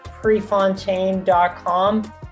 prefontaine.com